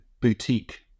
boutique